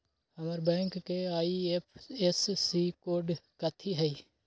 हमर बैंक के IFSC code कथि हई?